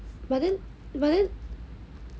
but then but then